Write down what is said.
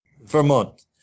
Vermont